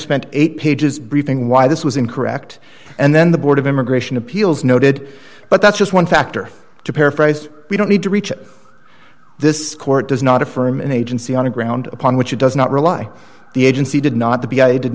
spent eight pages briefing why this was incorrect and then the board of immigration appeals noted but that's just one factor to paraphrase we don't need to reach this court does not affirm an agency on the ground upon which it does not rely the agency did not to be a did